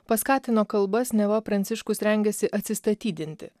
paskatino kalbas neva pranciškus rengiasi atsistatydinti